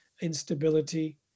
instability